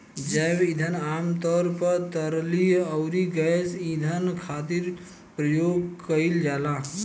जैव ईंधन आमतौर पर तरल अउरी गैस ईंधन खातिर प्रयोग कईल जाला